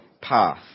path